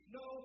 no